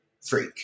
freak